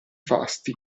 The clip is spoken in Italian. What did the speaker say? fasti